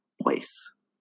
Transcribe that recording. place